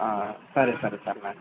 సరే సరే సర్ మరి